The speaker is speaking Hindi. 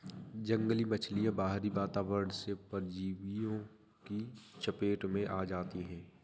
जंगली मछलियाँ बाहरी वातावरण से परजीवियों की चपेट में आ जाती हैं